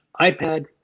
iPad